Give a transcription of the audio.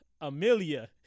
Amelia